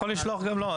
יכול לשלוח גם לו,